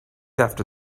after